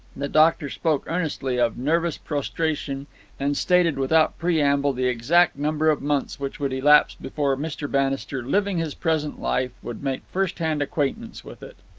the doctor spoke earnestly of nervous prostration and stated without preamble the exact number of months which would elapse before mr. bannister living his present life, would make first-hand acquaintance with it.